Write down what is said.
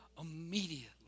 immediately